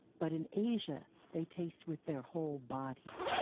but in asia, they taste with their whole body.